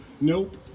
Nope